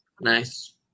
Nice